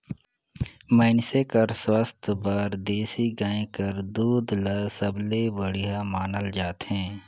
मइनसे कर सुवास्थ बर देसी गाय कर दूद ल सबले बड़िहा मानल जाथे